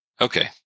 Okay